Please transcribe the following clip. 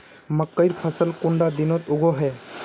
मकई फसल कुंडा दिनोत उगैहे?